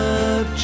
up